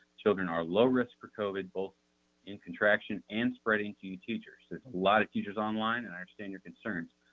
children are low risk for covid both in contraction and spreading to your teachers. there's a lot of teachers online and i understand your concerns,